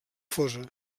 fosa